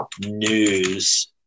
news